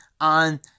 on